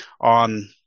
on